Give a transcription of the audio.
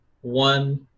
one